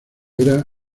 era